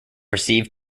received